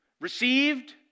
Received